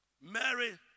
Mary